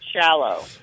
shallow